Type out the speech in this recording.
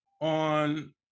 on